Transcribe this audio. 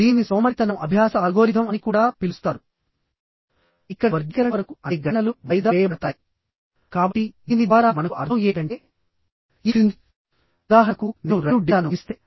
మనలో కొంతమంది RCC design నేర్చుకున్నప్పుడు టెన్షన్ మెంబర్స్ యొక్క డిజైన్ నేర్చుకుని ఉండకపోవచ్చు